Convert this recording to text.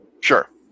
Sure